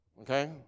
Okay